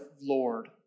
Lord